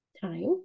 time